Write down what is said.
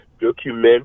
document